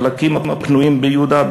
יש ליישב את החלקים הפנויים ביהודה,